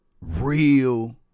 real